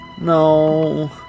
No